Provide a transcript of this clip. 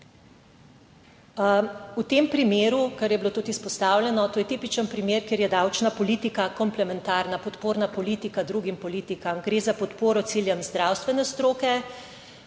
V tem primeru, kar je bilo tudi izpostavljeno, to je tipičen primer, kjer je davčna politika komplementarna podporna politika drugim politikam. Gre za podporo ciljem zdravstvene stroke